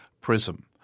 prism